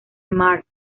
marx